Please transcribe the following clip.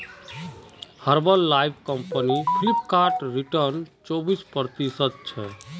herbal life company Flipkart return चोबीस प्रतिशतछे